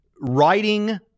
writing